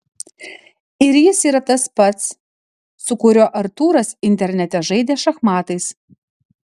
ir jis yra tas pats su kuriuo artūras internete žaidė šachmatais